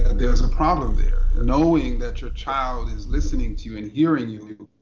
there's a problem there. knowing that your child is listening to you and hearing you,